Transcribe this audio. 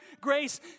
Grace